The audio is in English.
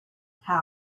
how